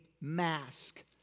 mask